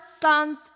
son's